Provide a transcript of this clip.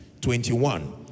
21